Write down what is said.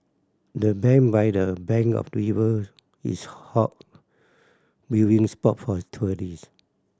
the bench by the bank of the river is hot viewing spot for tourist